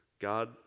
God